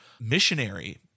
missionary